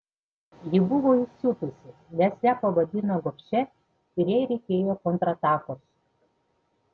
ji buvo įsiutusi nes ją pavadino gobšia ir jai reikėjo kontratakos